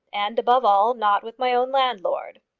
and, above all, not with my own landlord.